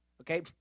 Okay